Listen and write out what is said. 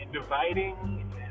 dividing